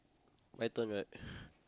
my turn right